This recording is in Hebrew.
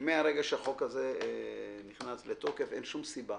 מרגע שהחוק הזה נכנס לתוקף אין שום סיבה